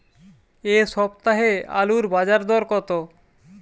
এ সপ্তাহে আলুর বাজার দর কত?